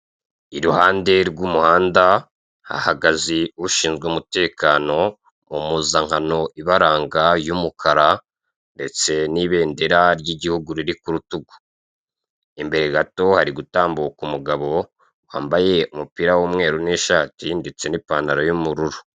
Iruhande rw'umuhanda hahagaze ushinzwe umutekano mu mpuzankano ibaranga y'umukara ndetse n'ibendera ry'igihugu riri ku rutugu. Imbere gato hari gutambuka umugabo wambaye umupira w'umweru n'ishati ndetse n'ipantaro y'ubururu.